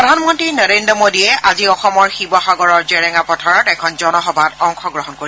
প্ৰধানমন্ত্ৰী নৰেন্দ্ৰ মোদীয়ে আজি অসমৰ শিৱসাগৰৰ জেৰেঙা পথাৰত এখন জনসভাত অংশগ্ৰহণ কৰিব